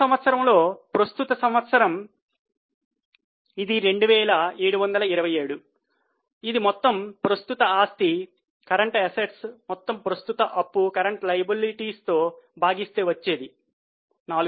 ముందు సంవత్సరంలో ప్రస్తుత సంవత్సరం ఇది 2727 ఇది మొత్తము ప్రస్తుత ఆస్తి తో భాగిస్తే వచ్చేది 4000